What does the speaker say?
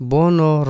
Bono